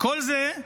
כל זה,